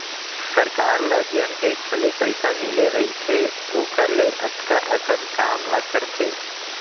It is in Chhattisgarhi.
सरकार ल जेन टेक्स ले पइसा मिले रइथे ओकर ले अतका अकन काम ला करथे